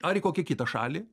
ar į kokią kitą šalį